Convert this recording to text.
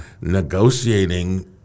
negotiating